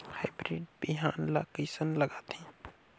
Hybrid बिहान ला कइसन लगाथे?